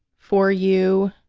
for you,